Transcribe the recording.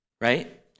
Right